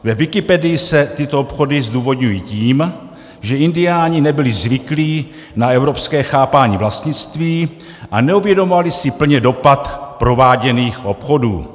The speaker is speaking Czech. Ve Wikipedii se tyto obchody zdůvodňují tím, že indiáni nebyli zvyklí na evropské chápání vlastnictví a neuvědomovali si plně dopad prováděných obchodů.